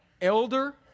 elder